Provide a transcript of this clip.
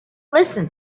listen